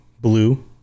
blue